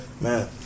Man